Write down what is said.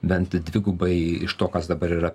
bent dvigubai iš to kas dabar yra